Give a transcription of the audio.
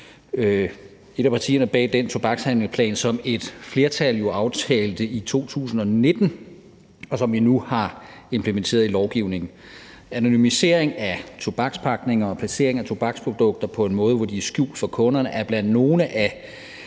et af partierne bag den tobakshandleplan, som et flertal aftalte i 2019, og som vi nu har implementeret i lovgivningen. Anonymisering af tobakspakninger og placering af tobaksprodukter på en måde, hvor de er skjult for kunderne, er blandt de